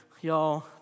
y'all